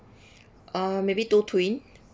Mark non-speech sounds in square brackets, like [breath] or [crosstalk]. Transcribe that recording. [breath] uh maybe two twin